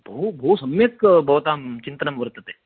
बहु बहु सम्यक् भवतां चिन्तनं वर्तते